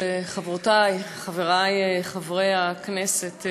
חברותי וחברי חברי הכנסת,